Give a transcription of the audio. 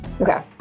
Okay